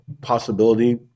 possibility